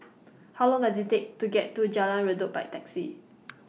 How Long Does IT Take to get to Jalan Redop By Taxi